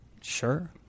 Sure